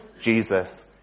Jesus